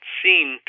seen